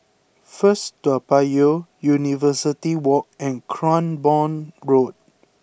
First Toa Payoh University Walk and Cranborne Road